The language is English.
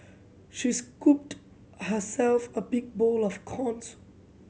she scooped herself a big bowl of corn soup